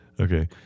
Okay